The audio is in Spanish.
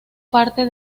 parte